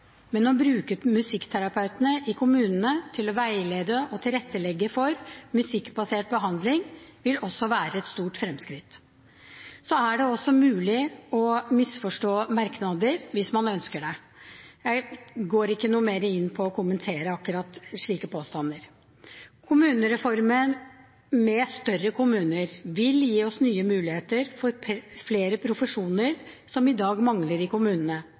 men å bruke musikkterapeutene i kommunene til å veilede og tilrettelegge for musikkbasert behandling vil også være et stort fremskritt. Så er det også mulig å misforstå merknader, hvis man ønsker det. Jeg går ikke noe mer inn på å kommentere akkurat slike påstander. Kommunereformen med større kommuner vil gi oss nye muligheter for flere profesjoner som i dag mangler i kommunene,